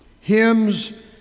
hymns